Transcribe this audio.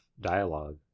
dialogue